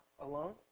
alone